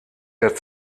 der